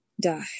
die